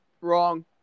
Wrong